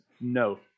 No